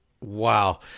Wow